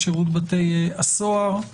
שירות בתי הסוהר,